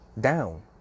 down